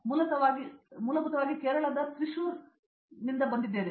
ನಾನು ಮೂಲಭೂತವಾಗಿ ಕೇರಳದಿಂದ ತ್ರಿಶೂರ್ಗೆ ಕರೆ ನೀಡುತ್ತೇನೆ